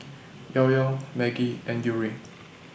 Llao Llao Maggi and Yuri